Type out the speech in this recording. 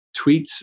tweets